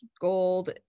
gold